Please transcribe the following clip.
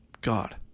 God